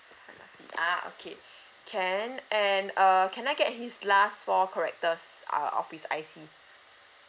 anaqi ah okay can and err can I get his last for characters uh of his I_C